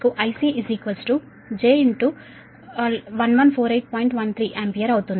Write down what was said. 13 ampere అవుతుంది